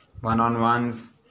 one-on-ones